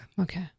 okay